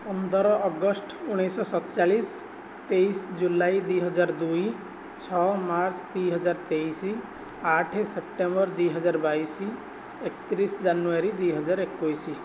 ପନ୍ଦର ଅଗଷ୍ଟ ଉଣେଇଶଶହ ସତଚାଲିଶ ତେଇଶ ଜୁଲାଇ ଦୁଇହଜାର ଦୁଇ ଛଅ ମାର୍ଚ୍ଚ ଦୁଇହଜାର ତେଇଶି ଆଠ ସେପ୍ଟେମ୍ୱର ଦୁଇହଜାର ବାଇଶ ଏକତିରିଶ ଜାନୁଆରୀ ଦୁଇହଜାର ଏକୋଇଶ